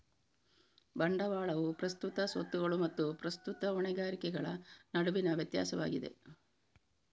ಬಂಡವಾಳವು ಪ್ರಸ್ತುತ ಸ್ವತ್ತುಗಳು ಮತ್ತು ಪ್ರಸ್ತುತ ಹೊಣೆಗಾರಿಕೆಗಳ ನಡುವಿನ ವ್ಯತ್ಯಾಸವಾಗಿದೆ